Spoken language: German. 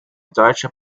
deutscher